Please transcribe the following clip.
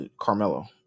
Carmelo